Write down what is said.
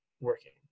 working